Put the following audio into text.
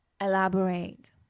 Elaborate